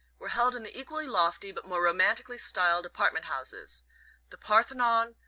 were held in the equally lofty but more romantically styled apartment-houses the parthenon,